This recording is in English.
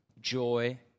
joy